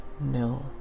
No